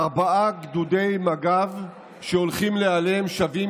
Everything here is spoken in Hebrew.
ארבעה גדודי מג"ב שהולכים להיעלם שווים